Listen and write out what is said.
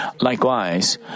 Likewise